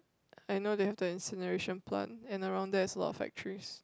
I know they have the incineration plant and around there is a lot of factories